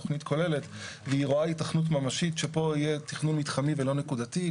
תכנית כוללת והיא רואה היתכנות ממשית שפה יהיה תכנון מתחמי ולא נקודתי,